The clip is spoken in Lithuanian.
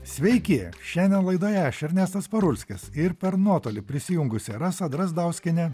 sveiki šiandien laidoje aš ernestas parulskis ir per nuotolį prisijungusi rasa drazdauskienė